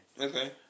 Okay